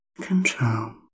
control